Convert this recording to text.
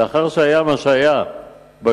לאחר שהיה מה שהיה בגולן,